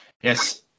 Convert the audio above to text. Yes